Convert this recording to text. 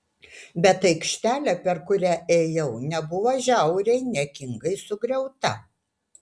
bet aikštelė per kurią ėjau nebuvo žiauriai niekingai sugriauta